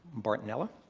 bartonella,